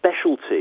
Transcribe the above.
specialty